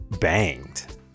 banged